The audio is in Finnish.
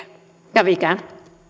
kävikään